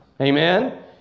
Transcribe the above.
Amen